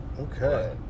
Okay